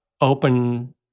open